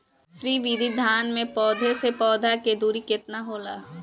श्री विधि धान में पौधे से पौधे के दुरी केतना होला?